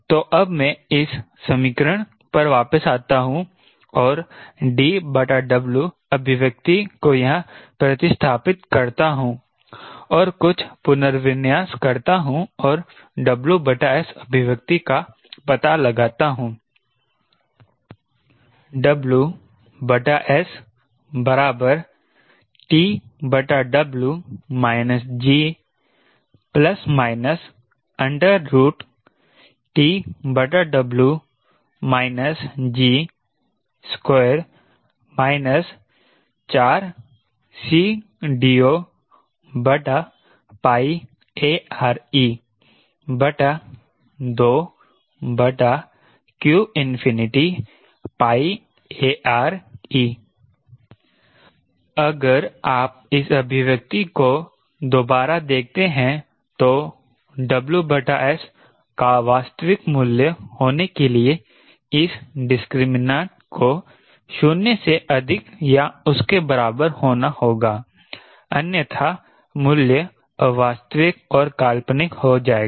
तो अब मैं इस समीकरण पर वापस जाता हूं और DW अभिव्यक्ति को यहां प्रतिस्थापित करता हू और कुछ पुनर्विन्यास करता हूं और WS अभिव्यक्ति का पता लगाता हूं WS G G2 2qARe अगर आप इस अभिव्यक्ति को दोबारा देखते हैं तो WS का वास्तविक मूल्य होने के लिए इस डिस्क्रिमीनांट को 0 से अधिक या उसके बराबर होना होगा अन्यथा मूल्य अवास्तविक और काल्पनिक हो जाएगा